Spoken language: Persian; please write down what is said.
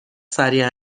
سریع